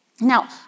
Now